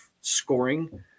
scoring